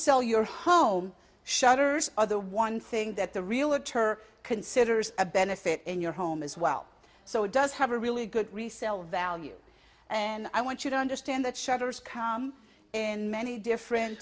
sell your home shutters are the one thing that the real or ter considers a benefit in your home as well so it does have a really good resale value and i want you to understand that shutters come in many different